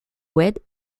webb